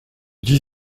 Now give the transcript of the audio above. dix